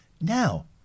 Now